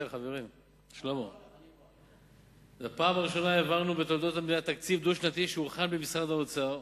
בפעם הראשונה בתולדות המדינה העברנו תקציב דו-שנתי שהוכן במשרד האוצר,